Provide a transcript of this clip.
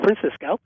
Francisco